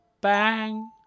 bang